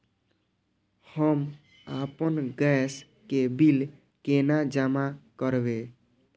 हम आपन गैस के बिल केना जमा करबे?